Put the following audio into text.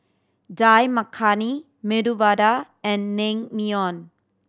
Dal Makhani Medu Vada and Naengmyeon